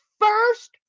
first